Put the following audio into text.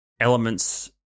Elements